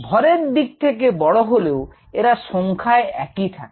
ভরের দিক থেকে বড় হলেও এরা সংখ্যায় একই থাকে